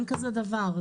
אין כזה דבר.